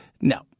no